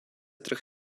trh